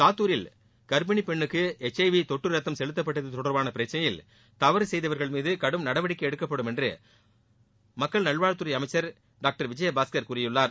சாத்தூரில் கர்ப்பிணி பெண்ணுக்கு எச்ஐவி தொற்று ரத்தம் செலுத்தப்பட்டது தொடர்பான பிரச்சினையில் தவறு செய்தவர்கள் மீது கடும் நடவடிக்கை எடுக்கப்படும் என்று மக்கள் நல்வாழ்வுத் துறை அமைச்சர் டாக்டர் விஜயபாஸ்கர் கூறியுள்ளார்